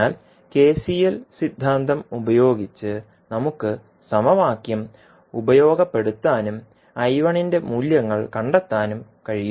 അതിനാൽ കെസിഎൽ സിദ്ധാന്തം ഉപയോഗിച്ച് നമുക്ക് സമവാക്യം ഉപയോഗപ്പെടുത്താനും I 1 ന്റെ മൂല്യങ്ങൾ കണ്ടെത്താനും കഴിയും